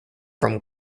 from